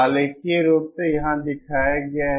आलेखीय रूप से यह यहाँ दिखाया गया है